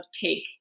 take